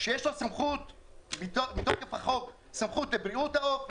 שיש לו סמכות מתוקף החוק לבריאות העוף,